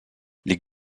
les